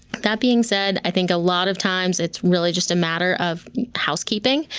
that being said, i think a lot of times it's really just a matter of housekeeping.